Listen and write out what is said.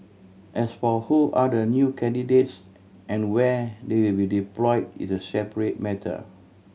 as for who are the new candidates and where they be deployed is a separate matter